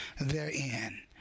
therein